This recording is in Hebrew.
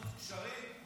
פיצוץ גשרים?